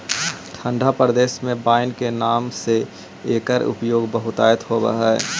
ठण्ढा प्रदेश में वाइन के नाम से एकर उपयोग बहुतायत होवऽ हइ